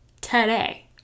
today